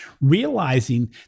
realizing